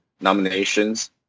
nominations